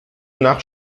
nach